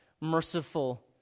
merciful